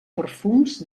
perfums